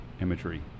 imagery